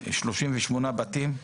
38 בתים,